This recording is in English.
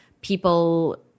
people